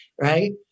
Right